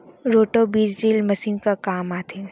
Roto बीज drill machine का काम आथे?